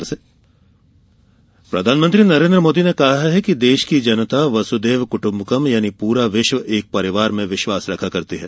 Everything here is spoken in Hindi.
प्रधानमंत्री प्रधानमंत्री नरेन्द्र मोदी ने कहा है कि देश की जनता वसुदेव कुट्म्बकम यानी पूरा विश्व एक परिवार में विश्वास रखती है